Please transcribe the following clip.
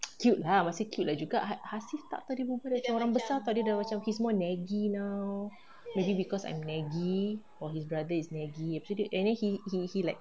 cute lah masih cute lah juga hasif tak [tau] dia berbual macam orang besar dia dah macam more naggy now maybe because I'm naggy or his brother is naggy lepas tu dia and then he he like